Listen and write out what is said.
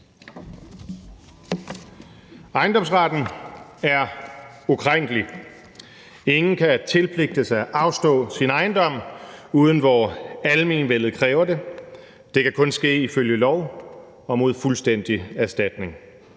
Ejendomsretten er ukrænkelig. Ingen kan tilpligtes at afstå sin ejendom, uden hvor almenvellet kræver det. Det kan kun ske ifølge lov og mod fuldstændig erstatning.